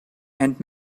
and